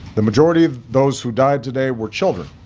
the majority of those who died today were children,